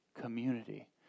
community